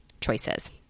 choices